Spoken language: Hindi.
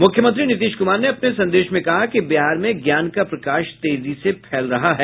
मुख्यमंत्री नीतीश कुमार ने अपने संदेश में कहा कि बिहार में ज्ञान का प्रकाश तेजी से फैल रहा है